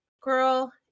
girl